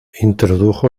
introdujo